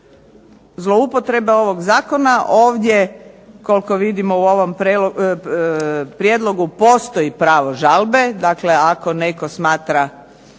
zloupotrebe ovog zakona, ovdje koliko vidim u ovom prijedlogu postoji prijedlogu postoji pravo žalbe. Dakle, ako netko smatra